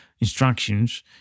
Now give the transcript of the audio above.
instructions